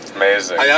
Amazing